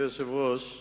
אדוני היושב-ראש,